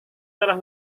telah